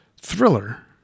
Thriller